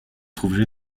trouvent